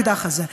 האקדח הזה,